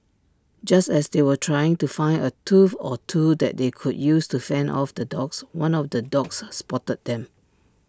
just as they were trying to find A tool or two that they could use to fend off the dogs one of the dogs spotted them